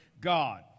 God